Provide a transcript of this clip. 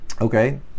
Okay